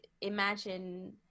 imagine